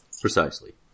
Precisely